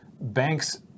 Banks